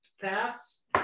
pass